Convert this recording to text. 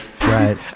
right